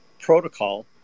protocol